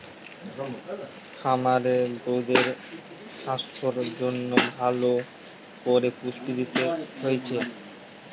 খামারে গরুদের সাস্থের জন্যে ভালো কোরে পুষ্টি দিতে হচ্ছে